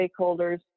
stakeholders